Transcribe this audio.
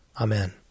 Amen